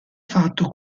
fatto